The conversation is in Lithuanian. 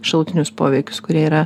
šalutinius poveikius kurie yra